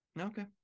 Okay